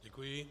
Děkuji.